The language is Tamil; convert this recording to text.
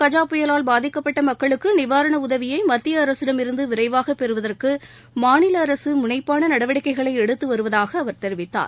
கஜா புயலால் பாதிக்கப்பட்ட மக்களுக்கு நிவாரண உதவியை மத்திய அரசிடம் இருந்து விரைவாக பெறுவதற்கு மாநில அரசு முனைப்பான நடவடிக்கைகளை எடுத்து வருவதாக அவர் தெரிவித்தார்